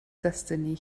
destiny